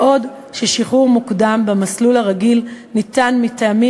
בעוד שחרור מוקדם במסלול הרגיל ניתן מטעמים